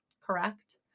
correct